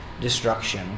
destruction